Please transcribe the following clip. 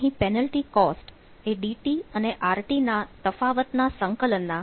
અહીં penalty cost ∝ D d